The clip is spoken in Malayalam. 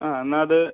ആ എന്നാൽ അത്